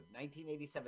1987